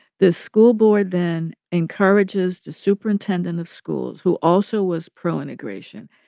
the school board then encourages the superintendent of schools, who also was pro-integration,